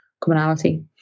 commonality